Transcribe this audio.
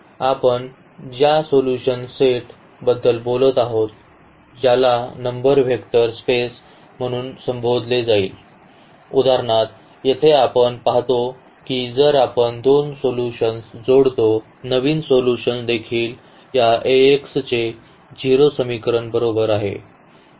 आपण ज्या solution set बद्दल बोलत आहोत ज्याला नंतर व्हॅक्टर स्पेस म्हणून संबोधले जाईल उदाहरणार्थ येथे आपण पाहतो की जर आपण दोन सोल्यूशन्स जोडतो नवीन सोल्यूशन देखील या ax चे 0 समीकरण बरोबर आहे